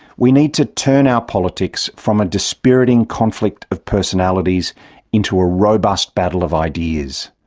we need to turn our politics from a dispiriting conflict of personalities into a robust battle of ideas.